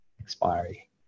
expiry